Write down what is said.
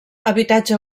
habitatge